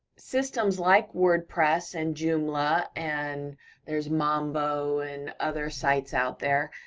systems like wordpress, and joomla, and there's mambo, and other sites out there,